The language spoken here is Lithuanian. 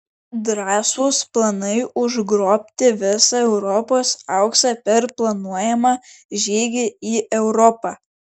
drąsūs planai užgrobti visą europos auksą per planuojamą žygį į europą